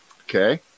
okay